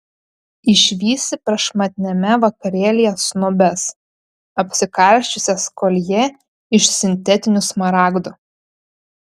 išvysi prašmatniame vakarėlyje snobes apsikarsčiusias koljė iš sintetinių smaragdų